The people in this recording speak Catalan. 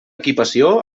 equipació